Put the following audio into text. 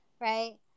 right